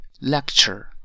lecture